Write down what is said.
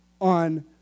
on